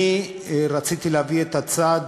אני רציתי להביא דווקא את הצד